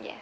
yes